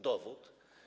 Dowód?